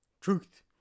truth